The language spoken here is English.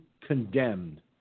condemned